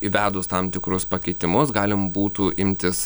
įvedus tam tikrus pakeitimus galim būtų imtis